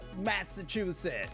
Massachusetts